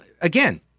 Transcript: Again